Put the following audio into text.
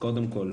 קודם כל,